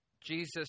Jesus